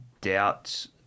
doubts